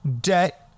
debt